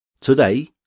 Today